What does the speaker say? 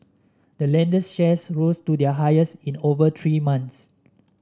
the lender's shares rose to their highest in over three months